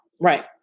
Right